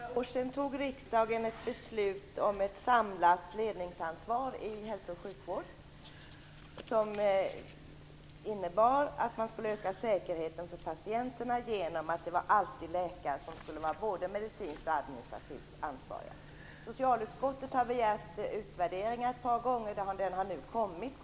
Fru talman! För några år sedan tog riksdagen ett beslut om ett samlat ledningsansvar för hälso och sjukvård, som innebar att man skulle öka säkerheten för patienterna genom att läkare alltid skulle vara både medicinskt och administrativt ansvariga. Socialutskottet har ett par gånger begärt utvärderingar, och en sådan har nu kommit.